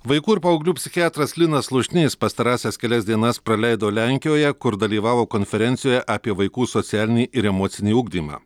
vaikų ir paauglių psichiatras linas slušnys pastarąsias kelias dienas praleido lenkijoje kur dalyvavo konferencijoje apie vaikų socialinį ir emocinį ugdymą